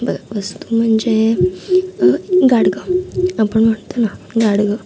ब वस्तू म्हणजे गाडगं आपण म्हणतो ना गाडगं